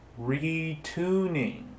retuning